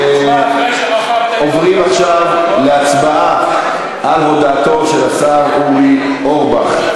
אנחנו עוברים עכשיו להצבעה על הודעתו של השר אורי אורבך.